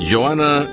Joanna